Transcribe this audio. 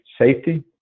safety